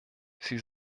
sie